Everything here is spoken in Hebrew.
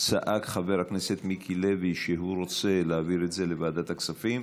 צעק חבר הכנסת מיקי לוי שהוא רוצה להעביר את זה לוועדת הכספים,